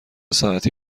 ساعتی